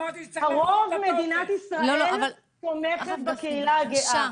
רוב מדינת ישראל תומכת בקהילה הגאה.